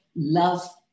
love